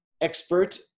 expert